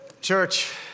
Church